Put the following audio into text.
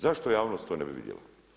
Zašto javnost to ne bi vidjela?